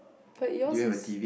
but yours is